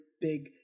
big